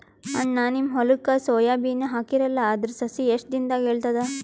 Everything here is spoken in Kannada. ಅಣ್ಣಾ, ನಿಮ್ಮ ಹೊಲಕ್ಕ ಸೋಯ ಬೀನ ಹಾಕೀರಲಾ, ಅದರ ಸಸಿ ಎಷ್ಟ ದಿಂದಾಗ ಏಳತದ?